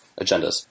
agendas